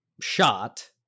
shot